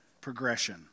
progression